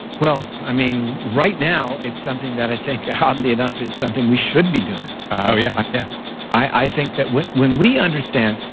well, i mean, right now it's something that i think oddly enough is something we should be doing oh yeah. yeah i think that when when we understand.